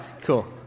cool